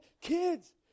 Kids